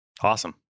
Awesome